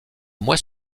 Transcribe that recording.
mois